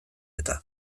eta